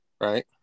Right